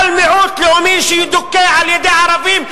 כל מיעוט לאומי שידוכא על-ידי ערבים,